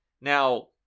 now